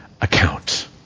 account